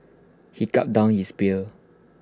he gulped down his beer